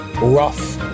rough